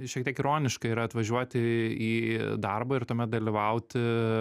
šiek tiek ironiška yra atvažiuoti į darbą ir tuomet dalyvauti